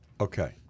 okay